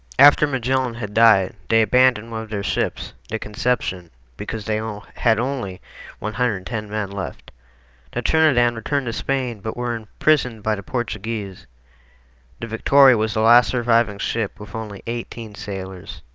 after magellan had died they abandoned one of their ships the conception because they all had only one hundred and ten men left to turn it and return to spain but were imprisoned by the portuguese the victoria was the last surviving ship with only eighteen sailors